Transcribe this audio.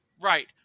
Right